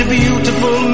beautiful